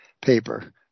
paper